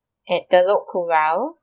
at Telok Kurau